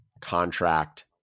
contract